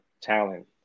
talent